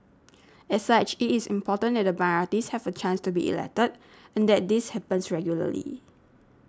as such it is important that the minorities have a chance to be elected and that this happens regularly